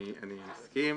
אני מסכים.